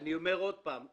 אני אומר עוד פעם,